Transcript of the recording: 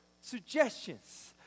suggestions